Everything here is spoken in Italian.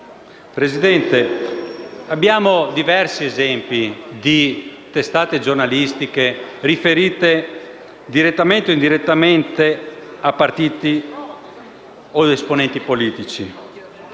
Presidente, abbiamo diversi esempi di testate giornalistiche riferite direttamente o indirettamente a partiti o ad esponenti politici: